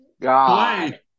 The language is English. God